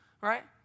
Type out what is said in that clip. right